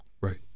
Right